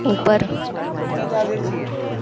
ऊपर कौनसी चाभी चाहिए